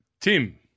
Tim